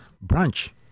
branch